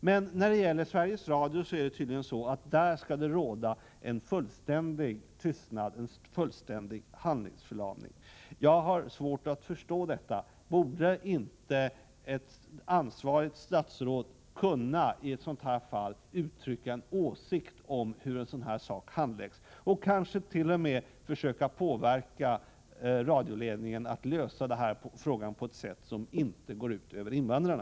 Men när det gäller Sveriges Radio skall det tydligen råda en fullständig tystnad och handlingsförlamning. Jag har svårt att förstå detta. Borde inte ett ansvarigt statsråd kunna uttrycka en åsikt om handläggningen i ett sådant här fall, ja, kanske t.o.m. försöka påverka radioledningen att lösa frågan på ett sätt som inte går ut över invandrarna?